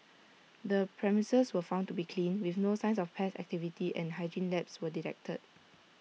the premises was found to be clean with no signs of pest activity and hygiene lapse were detected